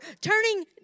turning